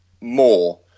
more